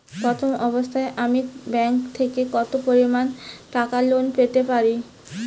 প্রথম অবস্থায় আমি ব্যাংক থেকে কত পরিমান টাকা লোন পেতে পারি?